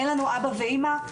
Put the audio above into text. אין לנו אבא ואימא,